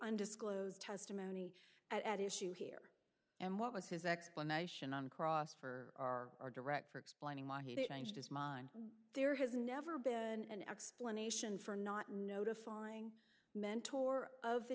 undisclosed testimony at issue here and what was his explanation on cross for our or direct for explaining why he didn't change his mind there has never been an explanation for not notifying mentor of the